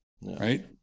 right